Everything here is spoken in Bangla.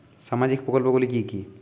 সামাজিক প্রকল্প গুলি কি কি?